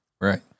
Right